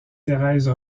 thérèse